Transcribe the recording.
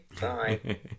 bye